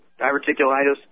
diverticulitis